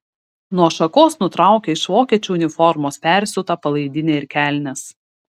nuo šakos nutraukia iš vokiečių uniformos persiūtą palaidinę ir kelnes